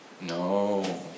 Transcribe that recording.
No